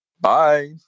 Bye